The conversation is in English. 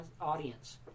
audience